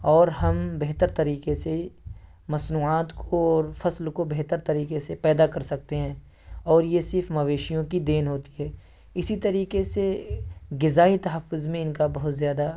اور ہم بہتر طریقے سے مصنوعات کو اور فصل کو بہتر طریقے سے پیدا کر سکتے ہیں اور یہ صرف مویشیوں کی دین ہوتی ہے اسی طریقے سے غذائی تحفظ میں ان کا بہت زیادہ